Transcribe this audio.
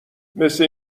مثه